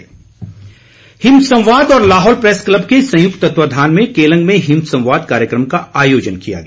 तीरंदाजी हिमसंवाद और Lahaul press club के संयुक्त तत्वावधान में केलंग में हिमसंवाद कार्यक्रम का आयोजन किया गया